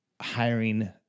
hiring